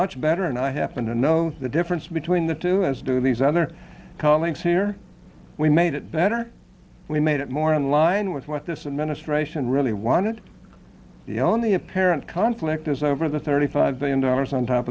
much better and i happen to know the difference between the two as do these other colleagues here we made it better we made it more in line with what this administration really wanted the only apparent conflict is over the thirty five billion dollars on top